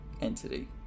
entity